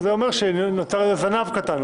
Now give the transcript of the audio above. זה פותח פה עוד סוגיה כי מפלגות עובדות ויש להן הוצאות.